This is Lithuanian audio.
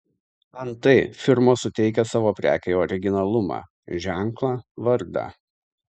antai firmos suteikia savo prekei originalumą ženklą vardą